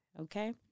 okay